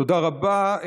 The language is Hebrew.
תודה רבה.